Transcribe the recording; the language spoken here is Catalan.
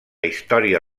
història